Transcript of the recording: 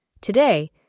Today